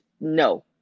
no